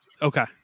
Okay